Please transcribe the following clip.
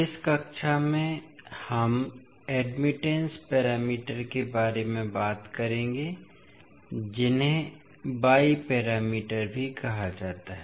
इस कक्षा में हम एडमिटेंस पैरामीटर के बारे में बात करेंगे जिन्हें वाई पैरामीटर भी कहा जाता है